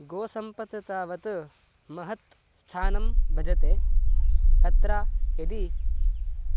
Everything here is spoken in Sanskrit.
गोसम्पत् तावत् महत् स्थानं भजते तत्र यदि